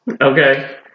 Okay